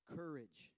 courage